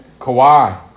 Kawhi